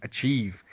achieve